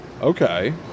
Okay